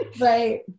right